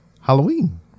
Halloween